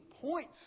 points